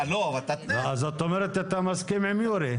זאת אומרת אתה מתאים עם יורי.